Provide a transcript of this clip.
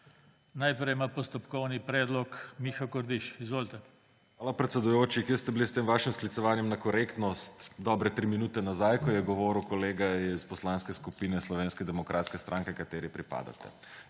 Najprej ima postopkovni predlog Miha Kordiš. Izvolite. **MIHA KORDIŠ (PS Levica):** Hvala, predsedujoči. Kje se bili s tem vašim sklicevanjem na korektnost dobre tri minute nazaj, ko je govoril kolega iz Poslanske skupine Slovenske demokratske stranke, kateri pripadate,